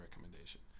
recommendation